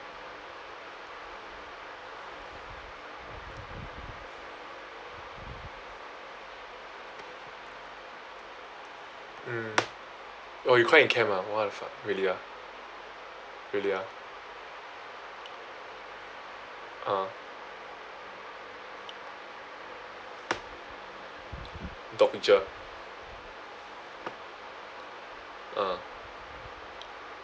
mm oh you cry in camp ah what the fuck really ah really ah ah dog picture ah